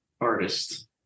artist